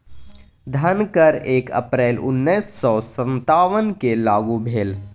धन कर एक अप्रैल उन्नैस सौ सत्तावनकेँ लागू भेल